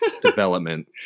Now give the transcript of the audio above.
development